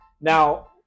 Now